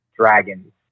dragons